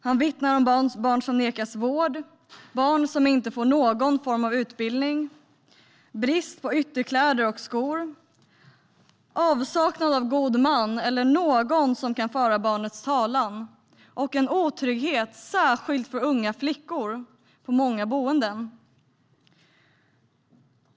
Han vittnade om barn som nekas vård, om barn som inte får någon form av utbildning, om brist på ytterkläder och skor, om avsaknad av god man eller någon som kan föra barnets talan och om en otrygghet, särskilt för unga flickor, på många boenden.